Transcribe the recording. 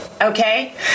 Okay